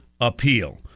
appeal